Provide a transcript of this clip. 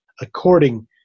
according